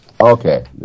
Okay